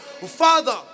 Father